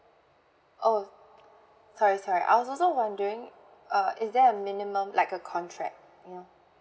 oh sorry sorry I was also wondering uh is there a minimum like a contract you know